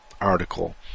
article